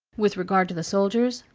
with regard to the soldiers,